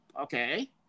Okay